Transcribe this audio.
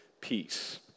peace